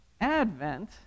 Advent